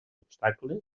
obstacle